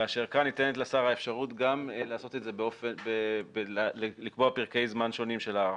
כאשר כאן ניתנת לשר גם האפשרות לקבוע פרקי זמן שונים של הארכות.